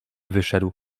wyszedł